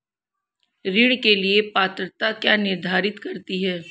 ऋण के लिए पात्रता क्या निर्धारित करती है?